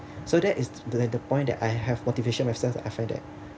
so that is the point that I have motivation myself I find that